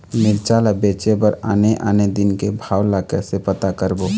मिरचा ला बेचे बर आने आने दिन के भाव ला कइसे पता करबो?